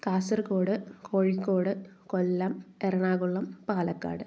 Kasaragod Kozhikode Kollam Ernakulam Palakkad